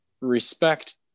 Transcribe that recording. respect